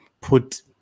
put